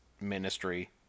ministry